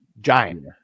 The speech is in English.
giant